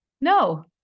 No